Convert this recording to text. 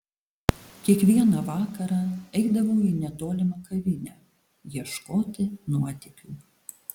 kiekvieną vakarą eidavau į netolimą kavinę ieškoti nuotykių